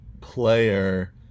player